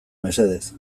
mesedez